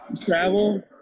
travel